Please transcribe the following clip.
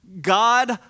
God